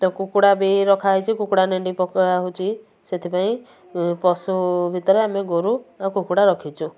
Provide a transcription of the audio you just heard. ତ କୁକୁଡ଼ା ବି ରଖା ହେଇଛି କୁକୁଡ଼ା ନେଣ୍ଡି ବି ପକା ହେଉଛି ସେଥିପାଇଁ ପଶୁ ଭିତରେ ଆମେ ଗୋରୁ ଆଉ କୁକୁଡ଼ା ରଖିଛୁ